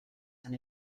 tan